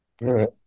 right